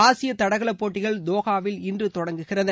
ஆசிய தடகளப் போட்டிகள் தோஹாவில் இன்று தொடங்குகின்றன